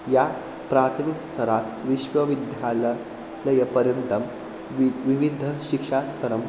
या प्राथमिकस्तरात् विश्वविद्यालयपर्यन्तं वि विविधशिक्षास्तरं